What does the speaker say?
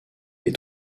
les